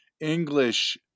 English